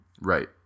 right